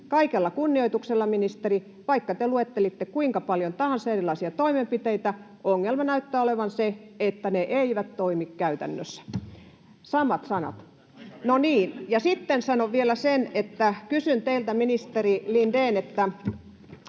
Kaikella kunnioituksella, ministeri: vaikka te luettelitte kuinka paljon tahansa erilaisia toimenpiteitä, ongelma näyttää olevan se, että ne eivät toimi käytännössä.” [Antti Lindtman: No niin!] — Samat sanat: no niin. Sitten sanon vielä sen, ministeri Lindén, että